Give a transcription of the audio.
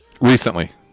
Recently